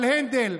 אבל הנדל,